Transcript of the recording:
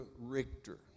Richter